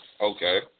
Okay